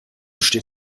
steht